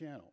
chance